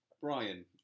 Brian